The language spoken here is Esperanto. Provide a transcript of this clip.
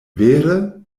vere